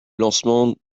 lancement